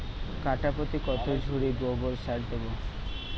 কাঠাপ্রতি কত ঝুড়ি গোবর সার দেবো?